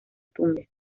tumbes